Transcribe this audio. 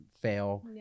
fail